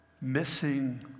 missing